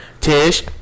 Tish